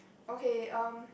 okay erm